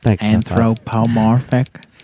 anthropomorphic